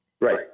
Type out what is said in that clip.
Right